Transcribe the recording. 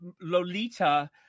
Lolita